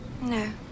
No